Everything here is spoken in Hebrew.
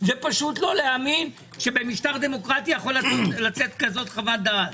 פשוט לא ייאמן שבמשטר דמוקרטי יכול לצאת כזאת חוות דעת.